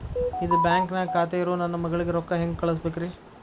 ಇದ ಬ್ಯಾಂಕ್ ನ್ಯಾಗ್ ಖಾತೆ ಇರೋ ನನ್ನ ಮಗಳಿಗೆ ರೊಕ್ಕ ಹೆಂಗ್ ಕಳಸಬೇಕ್ರಿ?